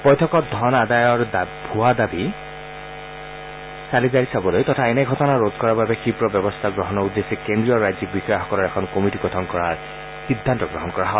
বৈঠকত ধন আদায়ৰ ভুৱা দাবী চালিজাৰি চাবলৈ তথা এনে ঘটনা ৰোধ কৰাৰ বাবে ক্ষীপ্ৰ ব্যৱস্থা গ্ৰহণৰ উদ্দেশ্যে কেন্দ্ৰীয় আৰু ৰাজ্যিক বিষয়াসকলৰ এখন কমিটি গঠন কৰাৰ সিদ্ধান্ত গ্ৰহণ কৰা হয়